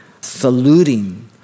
saluting